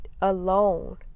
alone